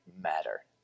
matter